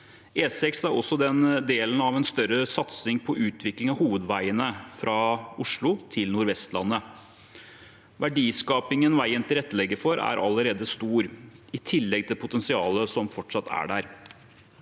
E6 er også en del av en større satsing på utvikling av hovedveiene fra Oslo til Nord-Vestlandet. Verdiskapingen veien tilrettelegger for, er allerede stor, i tillegg til potensialet som fortsatt er der.